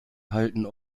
halten